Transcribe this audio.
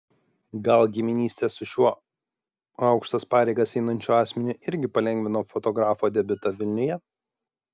gal giminystė su šiuo aukštas pareigas einančiu asmeniu irgi palengvino fotografo debiutą vilniuje